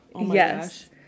Yes